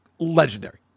legendary